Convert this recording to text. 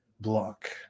Block